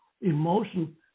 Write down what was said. Emotion